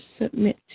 submit